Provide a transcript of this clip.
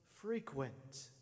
frequent